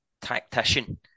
tactician